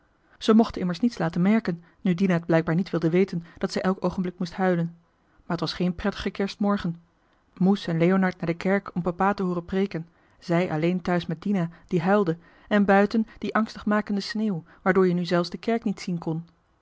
zij mochten immers niets laten merken nu dina t blijkbaar niet weten wilde dat zij ieder oogenblik moest huilen maar t was geen prettige kerstmorgen moes en leonard naar de kerk om papa te hooren preeken zij alleen thuis met dina die huilde en buiten die angstig makende sneeuw waardoor je nu zelfs de kerk niet zien kon